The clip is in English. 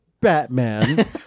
Batman